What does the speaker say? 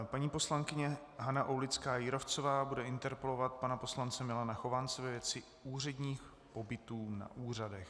Paní poslankyně Hana Aulická Jírovcová bude interpelovat pana poslance Milana Chovance ve věci úředních pobytů na úřadech.